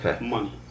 money